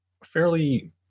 Fairly